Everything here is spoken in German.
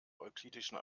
euklidischen